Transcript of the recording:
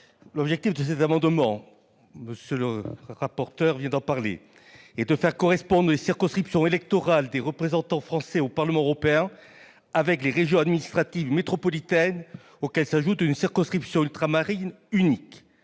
11 rectifié. Par cet amendement, il s'agit de faire correspondre les circonscriptions électorales des représentants français au Parlement européen avec les régions administratives métropolitaines, auxquelles s'ajoute une circonscription ultramarine unique.